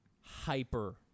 hyper